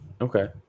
Okay